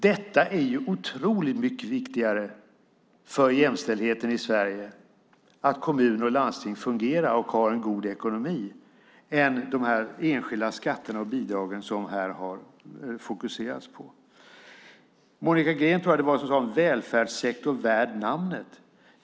Att kommuner och landsting fungerar och har en god ekonomi är otroligt mycket viktigare för jämställdheten i Sverige än de enskilda skatter och bidrag som har fokuserats på här. Jag tror att det var Monica Green som använde uttrycket en välfärdssektor värd namnet.